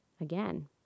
again